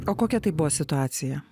o kokia tai buvo situacija